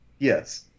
Yes